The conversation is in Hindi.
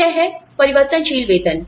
तो यह है परिवर्तनशील वेतन